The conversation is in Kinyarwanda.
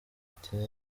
fitina